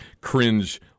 cringe